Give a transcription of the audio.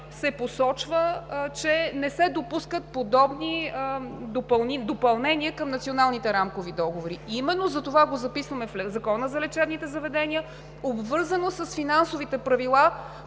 се посочва, че не се допускат подобни допълнения към националните рамкови договори. Именно затова го записваме в Закона за лечебните заведения, обвързано с финансовите правила,